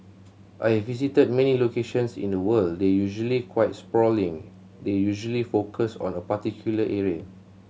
I've visited many locations in the world they're usually quite sprawling they're usually focused on a particular area